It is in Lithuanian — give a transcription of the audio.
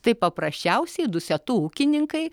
tai paprasčiausiai dusetų ūkininkai